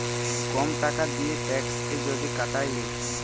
কম টাকা দিঁয়ে ট্যাক্সকে যদি কাটায় লেই